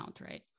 right